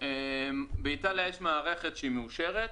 באיטליה יש מערכת מאושרת,